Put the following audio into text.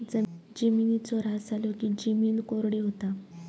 जिमिनीचो ऱ्हास झालो की जिमीन कोरडी होता